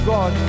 God